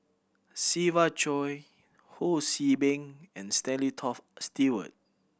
Siva Choy Ho See Beng and Stanley Toft Stewart